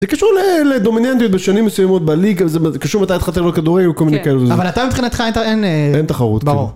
זה קשור לדומיננדיות בשנים מסוימות בליגה, זה קשור מתי התחלת ללמוד כדורגל וכל מיני כאלה. אבל אתה מבחינתך אין... אין תחרות. ברור.